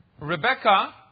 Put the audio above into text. Rebecca